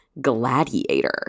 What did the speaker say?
Gladiator